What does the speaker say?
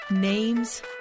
Names